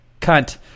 cunt